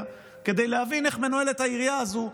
כדי להבין איך מנוהלת העירייה הזאת,